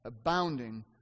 abounding